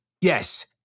yes